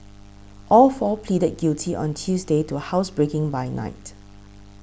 all four pleaded guilty on Tuesday to housebreaking by night